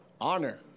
Honor